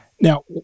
now